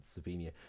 Slovenia